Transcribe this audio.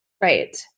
Right